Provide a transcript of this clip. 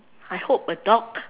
I hope a dog